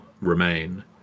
remain